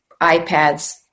iPads